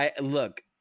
Look